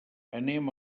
anem